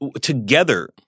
together